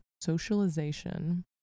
socialization